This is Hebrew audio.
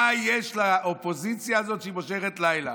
מה יש לאופוזיציה הזאת שהיא מושכת לילה?